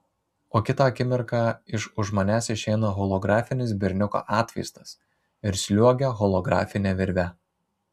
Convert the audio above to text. o kitą akimirką iš už manęs išeina holografinis berniuko atvaizdas ir sliuogia holografine virve